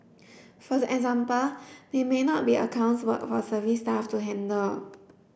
for the example they may not be accounts work for service staff to handle